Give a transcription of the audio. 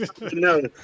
No